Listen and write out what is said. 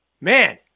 man